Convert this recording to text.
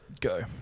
Go